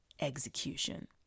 execution